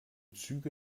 züge